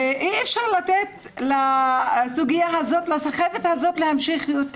אי אפשר לתת לסחבת הזאת להמשיך.